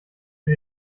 für